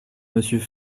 monsieur